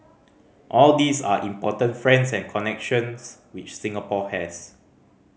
all these are important friends and connections which Singapore has